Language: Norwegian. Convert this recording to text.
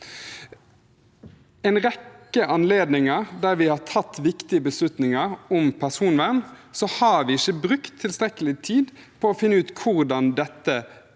en rekke anledninger der vi har tatt viktige beslutninger om personvern, har vi ikke brukt tilstrekke lig tid på å finne ut hvordan det vil